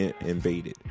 invaded